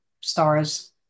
stars